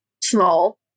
small